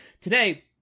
today